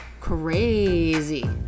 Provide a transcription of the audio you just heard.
crazy